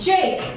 Jake